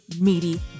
meaty